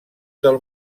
del